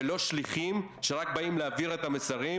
ולא שליחים שרק באים להעביר את המסרים,